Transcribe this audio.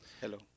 Hello